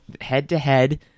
head-to-head